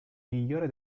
migliore